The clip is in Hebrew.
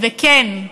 וכן,